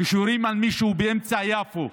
כשיורים על מישהו באמצע יפו,